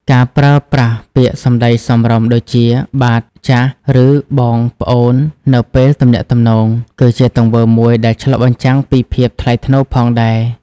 ការប្រើប្រាស់ពាក្យសម្ដីសមរម្យដូចជា "បាទ/ចាស" ឬ "បង/ប្អូន" នៅពេលទំនាក់ទំនង គឺជាទង្វើមួយដែលឆ្លុះបញ្ចាំងពីភាពថ្លៃថ្នូរផងដែរ។